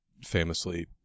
famously